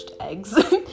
eggs